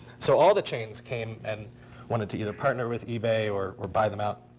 so all the chains came and wanted to either partner with ebay or or buy them out.